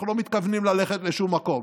אנחנו לא מתכוונים ללכת לשום מקום.